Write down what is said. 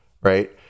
Right